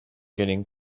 getting